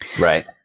Right